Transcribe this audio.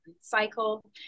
cycle